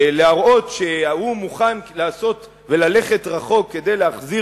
להראות שהוא מוכן ללכת רחוק כדי להחזיר